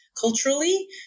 culturally